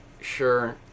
Sure